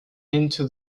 into